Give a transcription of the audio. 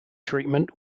treatment